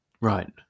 right